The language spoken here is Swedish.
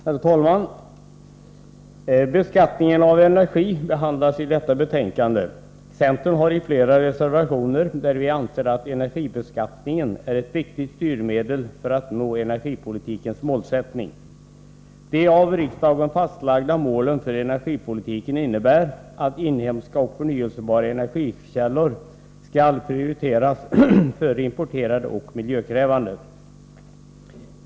Herr talman! Beskattningen av energi behandlas i detta betänkande. Centern har flera reservationer, där vi anser att energibeskattningen är ett viktigt styrmedel för att nå energipolitikens mål. De av riksdagen fastlagda målen för energipolitiken innebär att inhemska och förnyelsebara energikällor skall prioriteras framför importerade och miljökrävande.